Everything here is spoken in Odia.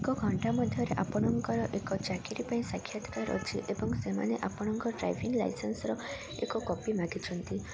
ଏକ ଘଣ୍ଟା ମଧ୍ୟରେ ଆପଣଙ୍କର ଏକ ଚାକିରି ପାଇଁ ସାକ୍ଷାତକାର ଅଛି ଏବଂ ସେମାନେ ଆପଣଙ୍କ ଡ୍ରାଇଭିଙ୍ଗ ଲାଇସେନ୍ସର ଏକ କପି ମାଗିଛନ୍ତି